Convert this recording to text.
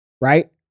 right